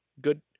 Good